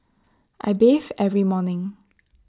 I bathe every morning